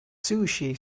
sushi